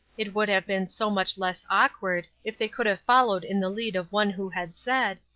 it would have been so much less awkward if they could have followed in the lead of one who had said,